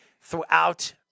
throughout